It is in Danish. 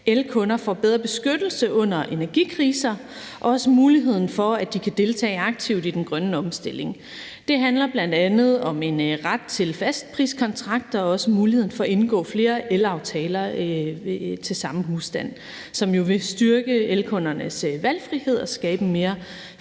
elkunder får bedre beskyttelse under energikriser, og også, at de får muligheden for, at de kan deltage aktivt i den grønne omstilling. Det handler bl.a. om en ret til en fastpriskontrakt og også muligheden for at indgå flere aftaler til samme husstand, hvilket jo vil styrke elkundernes valgfrihed og skabe en mere